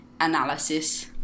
analysis